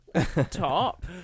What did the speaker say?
top